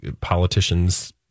politicians